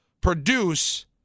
produce